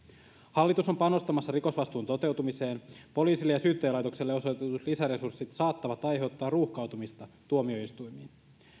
hallitus on panostamassa rikosvastuun toteutumiseen poliisille ja syyttäjälaitokselle osoitetut lisäresurssit saattavat aiheuttaa ruuhkautumista tuomioistuimiin